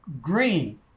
green